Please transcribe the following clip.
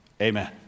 Amen